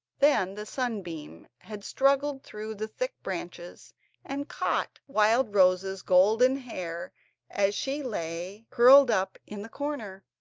then the sunbeam had struggled through the thick branches and caught wildrose's golden hair as she lay curled up in the corner,